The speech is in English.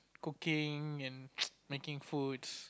cooking and making foods